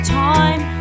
time